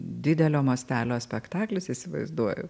didelio mastelio spektaklis įsivaizduoju